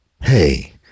Hey